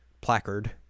placard